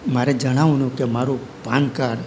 મારે જણાવવાનું કે મારું પાનકાર્ડ